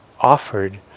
offered